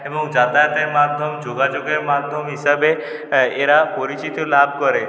এবং যাতায়াতের মাধ্যম যোগাযোগের মাধ্যম হিসাবে এরা পরিচিতি লাভ করে